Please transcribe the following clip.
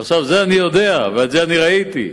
את זה אני יודע ואת זה אני ראיתי.